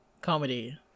comedy